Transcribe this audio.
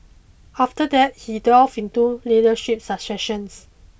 after that he delved into leadership succession